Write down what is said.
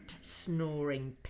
snoring